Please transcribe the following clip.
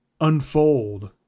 unfold